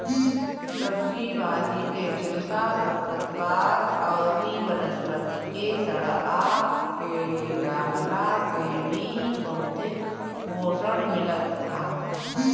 सब्जी भाजी के छिलका, खरपतवार अउरी वनस्पति के सड़आ के डालला से भी बहुते पोषण मिलत ह